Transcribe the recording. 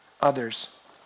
others